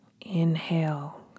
Inhale